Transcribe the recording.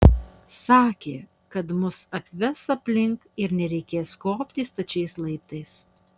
sakė kad mus apves aplink ir nereikės kopti stačiais laiptais